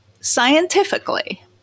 scientifically